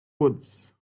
woods